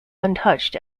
untouched